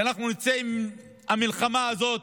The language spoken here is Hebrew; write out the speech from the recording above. שאנחנו נצא מהמלחמה הזאת